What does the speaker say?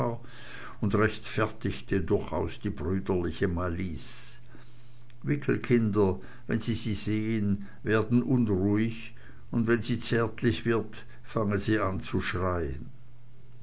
und rechtfertigte durchaus die brüderliche malice wickelkinder wenn sie sie sehen werden unruhig und wenn sie zärtlich wird fangen sie an zu schreien